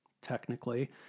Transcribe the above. technically